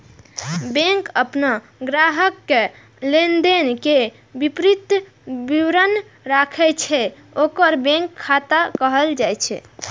bank अपन ग्राहक के लेनदेन के विस्तृत विवरण राखै छै, ओकरे बैंक खाता कहल जाइ छै